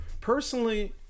Personally